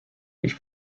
ich